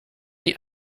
die